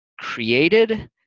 created